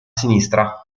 sinistra